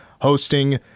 hosting